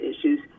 issues